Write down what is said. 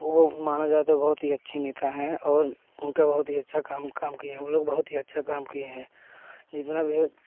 वह मानव जाए तो बहुत ही अच्छे नेता है और उनका बहुत ही अच्छा कम काम किए हैं उन लोग बहुत ही अच्छा काम किए हैं जितना भी